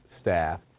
staff